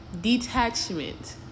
detachment